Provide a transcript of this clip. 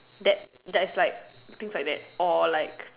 that that is like things like that or like